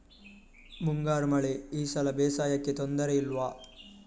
ಮುಂಗಾರು ಮಳೆ ಈ ಸಲ ಬೇಸಾಯಕ್ಕೆ ತೊಂದರೆ ಇಲ್ವ?